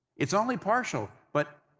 it's only partial. but,